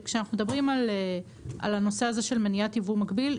כשאנחנו מדברים על הנושא הזה של מניעת ייבוא מקביל,